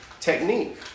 technique